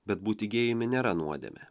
bet būti gėjumi nėra nuodėmė